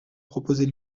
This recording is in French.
proposez